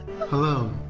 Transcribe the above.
Hello